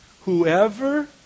whoever